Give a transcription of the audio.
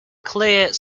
clear